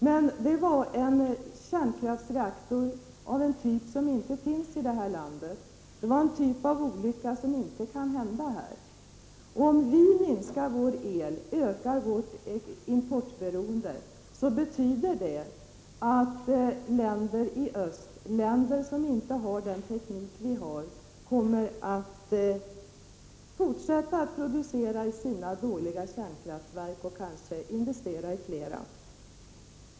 Men olyckan inträffade i en kärnkraftsreaktor av en typ som inte finns i det här landet. Det var en typ av olycka som inte kan hända här. Om vi minskar vår elproduktion och ökar vårt importberoende, så betyder det att länder i öst — länder som inte har den teknik som vi har — kommer att fortsätta producera i sina dåliga kärnkraftsverk och kanske också investera i fler sådana.